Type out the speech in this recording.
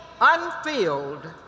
unfilled